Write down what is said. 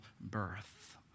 birth